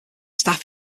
staff